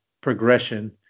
progression